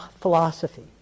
philosophy